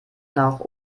nach